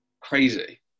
crazy